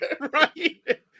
Right